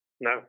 No